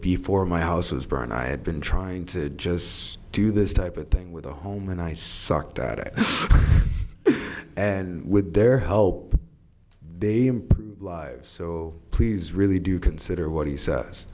before my house was burned i had been trying to just do this type of thing with a home and i sucked at it and with their help the lives so please really do consider what he says